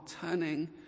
turning